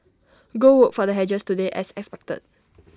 gold worked for the hedgers today as expected